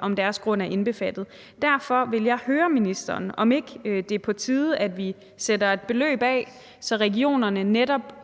om deres grund er indbefattet. Derfor vil jeg høre ministeren, om ikke det er på tide, at vi sætter et beløb af, så regionerne netop